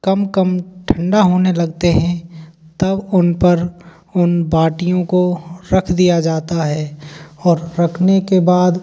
कम कम ठंडा होने लगते हैं तब उनपर उन बाटियों को रख दिया जाता है और रखने के बाद